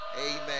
Amen